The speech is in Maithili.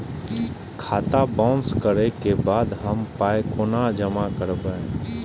खाता बाउंस करै के बाद हम पाय कोना जमा करबै?